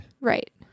Right